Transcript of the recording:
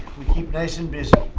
we keep nice and busy.